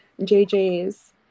jj's